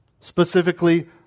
Specifically